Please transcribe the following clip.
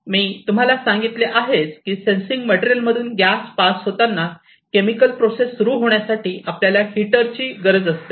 मी तुम्हाला सांगितले आहेस की सेन्सिंग मटेरियल मधून गॅस पास होताना केमिकल प्रोसेस सुरू होण्यासाठी आपल्याला हिटरची गरज असते